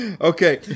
okay